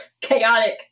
chaotic